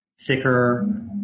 thicker